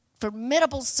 formidable